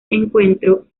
encuentro